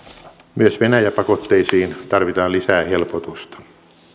myös venäjä pakotteisiin tarvitaan lisää helpotusta